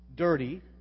Dirty